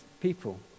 people